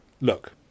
look